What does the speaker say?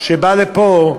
שבא לפה,